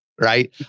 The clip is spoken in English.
right